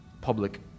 public